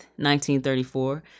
1934